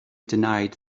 denied